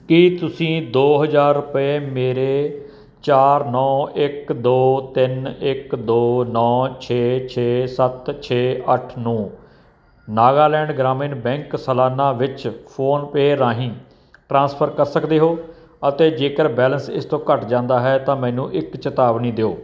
ਕੀ ਤੁਸੀਂਂ ਦੋ ਹਜ਼ਾਰ ਰੁਪਏ ਮੇਰੇ ਚਾਰ ਨੌਂ ਇੱਕ ਦੋ ਤਿੰਨ ਇੱਕ ਦੋ ਨੌਂ ਛੇ ਛੇ ਸੱਤ ਛੇ ਅੱਠ ਨੂੰ ਨਾਗਾਲੈਂਡ ਗ੍ਰਾਮੀਣ ਬੈਂਕ ਸਲਾਨਾ ਵਿੱਚ ਫੋਨਪੇ ਰਾਹੀਂ ਟ੍ਰਾਂਸਫਰ ਕਰ ਸਕਦੇ ਹੋ ਅਤੇ ਜੇਕਰ ਬੈਲੇਂਸ ਇਸ ਤੋਂ ਘੱਟ ਜਾਂਦਾ ਹੈ ਤਾਂ ਮੈਨੂੰ ਇੱਕ ਚੇਤਾਵਨੀ ਦਿਓ